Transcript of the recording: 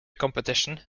competition